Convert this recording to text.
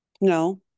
No